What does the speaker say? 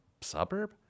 suburb